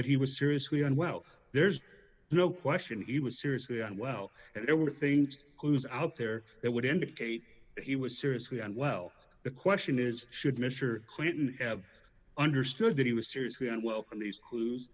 that he was seriously unwell there's no question he was seriously unwell and there were things clues out there that would indicate he was seriously unwell the question is should measure clinton have understood that he was seriously unwelcome these clues